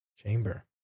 chamber